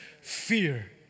fear